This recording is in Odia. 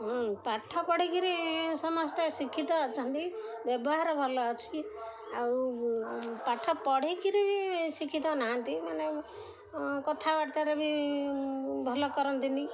ହଁ ପାଠ ପଢ଼ିକିରି ସମସ୍ତେ ଶିକ୍ଷିତ ଅଛନ୍ତି ବ୍ୟବହାର ଭଲ ଅଛି ଆଉ ପାଠ ପଢ଼ିକିରି ବି ଶିକ୍ଷିତ ନାହାନ୍ତି ମାନେ କଥାବାର୍ତ୍ତାରେ ବି ଭଲ କରନ୍ତିନି